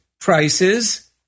prices